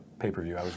pay-per-view